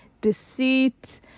deceit